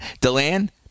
deland